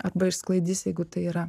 arba išsklaidys jeigu tai yra